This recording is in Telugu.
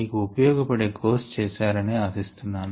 మీకు ఉపయోగ పడే కోర్స్ చేసారని ఆశిస్తున్నాను